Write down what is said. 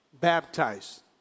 baptized